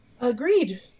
Agreed